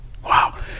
Wow